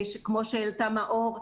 כמו שאמרה מאור.